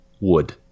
wood